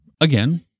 Again